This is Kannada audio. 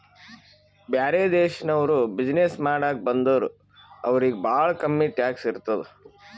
ಬ್ಯಾರೆ ದೇಶನವ್ರು ಬಿಸಿನ್ನೆಸ್ ಮಾಡಾಕ ಬಂದುರ್ ಅವ್ರಿಗ ಭಾಳ ಕಮ್ಮಿ ಟ್ಯಾಕ್ಸ್ ಇರ್ತುದ್